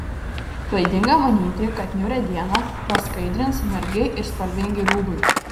klaidinga manyti kad niūrią dieną praskaidrins margi ir spalvingi rūbai